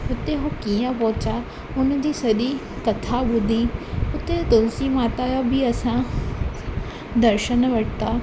हुते उहे कीअं पहुचा हुन जी सॼी कथा ॿुधी हुते तुलसी माता जो बि असां दर्शन वरिता